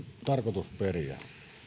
tarkoitusperiä